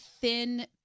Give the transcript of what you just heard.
thin